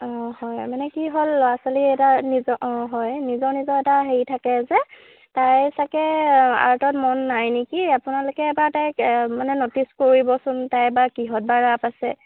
অঁ হয় মানে কি হ'ল ল'ৰা ছোৱালী এটা নিজ অঁ হয় নিজৰ নিজৰ এটা হেৰি থাকে যে তাই চাগে আৰ্টত মন নাই নেকি আপোনালোকে এবাৰ তাইক মানে ন'টিচ কৰিবচোন তাইৰ বা কিহত বা ৰাপ আছে